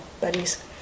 buddies